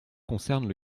concernent